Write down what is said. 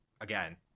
again